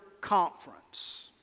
Conference